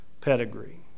pedigree